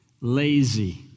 lazy